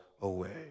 away